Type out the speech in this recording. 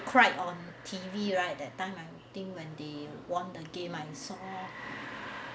cried on T_V right that time I think when they won the game and so